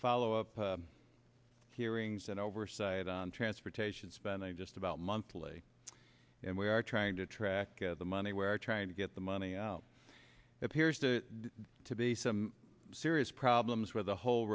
follow up hearings and oversight on transportation spending just about monthly and we are trying to track the money where trying to get the money out appears to to be some serious problems with the whole